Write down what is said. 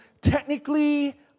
technically